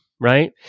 right